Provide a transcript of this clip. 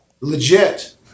Legit